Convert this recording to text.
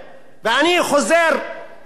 ואני חוזר לא,